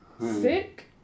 sick